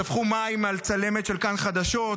שפכו מים על צלמת של כאן חדשות.